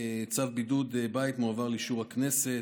צו בידוד בית מועבר לאישור הכנסת.